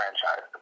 franchise